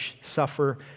suffer